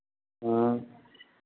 हाँ